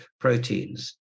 proteins